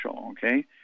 okay